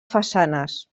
façanes